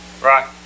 Right